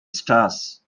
stars